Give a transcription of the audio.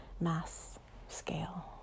mass-scale